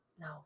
No